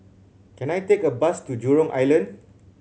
can I take a bus to Jurong Island